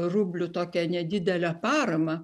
rublių tokią nedidelę paramą